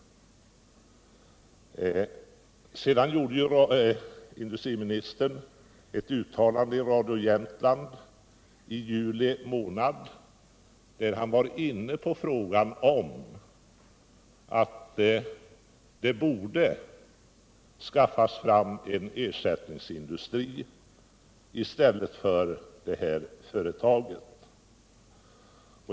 I juli månad gjorde industriministern ett uttalande i Radio Jämtland, där han var inne på frågan om att det borde skaffas fram en ersättningsindustri i stället för det här företaget.